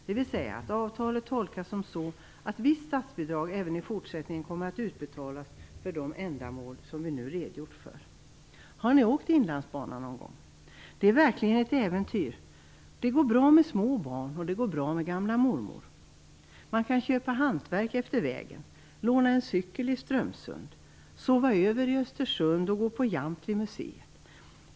Det betyder att avtalet tolkas så, att visst statsbidrag även i fortsättningen kommer att utbetalas för de ändamål som jag nu redogjort för. Har ni åkt på Inlandsbanan någon gång? Det är verkligen ett äventyr. Det går bra att åka med små barn och med gamla mormor. Man kan köpa hantverksprodukter längs vägen, låna en cykel i Strömsund, sova över i Östersund och gå på Jamtli museum.